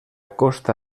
costa